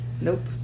Nope